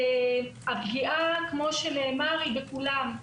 כאמור, הפגיעה היא בכולם.